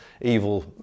evil